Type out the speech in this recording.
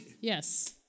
Yes